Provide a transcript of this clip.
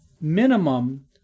minimum